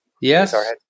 Yes